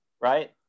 right